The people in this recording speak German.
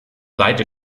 seite